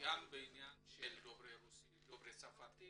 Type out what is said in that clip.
בעניין של דוברי רוסית, דוברי צרפתית